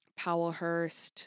Powellhurst